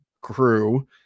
crew